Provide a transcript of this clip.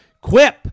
Quip